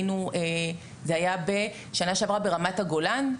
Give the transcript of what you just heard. זה היה בשנה שעברה ברמת הגולן,